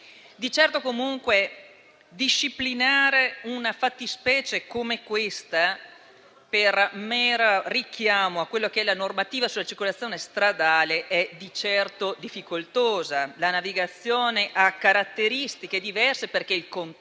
Di certo, comunque, disciplinare una fattispecie come questa per mero richiamo alla normativa sulla circolazione stradale è difficoltoso: la navigazione ha caratteristiche diverse, perché il contesto